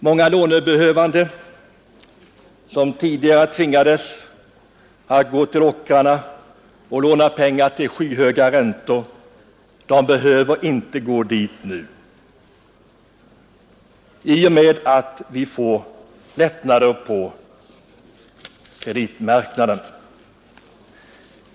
Många lånebehövande, som tidigare tvingades att gå till ockrarna och låna pengar till skyhöga räntor, behöver nu inte gå dit i och med att vi får lättnader på kreditmarknaden.